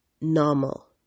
normal